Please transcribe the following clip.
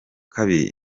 kabiri